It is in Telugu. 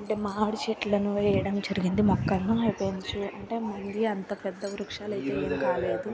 అంటే మామీడి చెట్లను వేయడం జరిగింది మొక్కల్నుపెంచి అంటే ముందే అంత పెద్ద వృక్షాలు అయితే ఏం కాలేదు